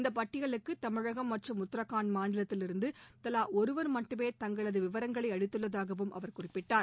இந்தப் பட்டியலுக்கு தமிழகம் மற்றும் உத்தரகாண்ட் மாநிலத்திலிருந்து தவா ஒருவர் மட்டுமே தங்களது விவரங்களை அளித்துள்ளதாகவும் அவர் குறிப்பிட்டார்